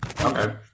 okay